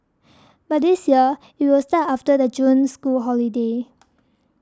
but this year it will start after the June school holidays